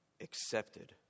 accepted